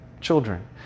children